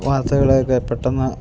വാർത്തകളൊക്കെ പെട്ടെന്ന്